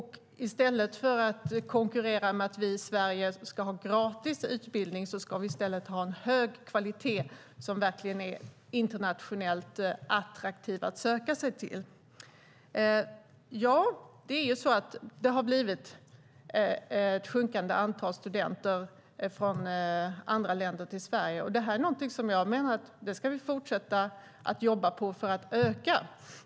I stället för att konkurrera med att vi i Sverige ska ha gratis utbildning ska vi i stället ha en hög kvalitet som verkligen är internationellt attraktiv att söka sig till. Ja, det har blivit ett sjunkande antal studenter från andra länder till Sverige. Det här är någonting som jag menar att vi ska fortsätta att jobba för att öka.